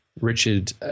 Richard